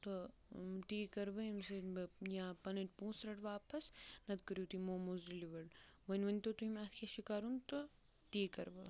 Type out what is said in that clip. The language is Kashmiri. تہٕ تی کَرٕ بہٕ ییٚمہِ سۭتۍ بہٕ یا پَنٕںۍ پونٛسہٕ رَٹہٕ واپَس نَتہٕ کٔرِو تُہۍ موموز ڈیٚلِوَر وۄنۍ ؤنۍ تو تُہۍ مےٚ اَتھ کیٛاہ چھِ کَرُن تہٕ تی کَرٕ بہٕ